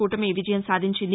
కూటమి విజయం సాధించింది